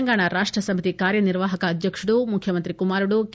తెలంగాణా రాష్ట సమితి కార్యానిర్వహాక అధ్యక్తుడు ముఖ్యమంత్రి కుమారుడు కె